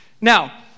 Now